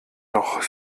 noch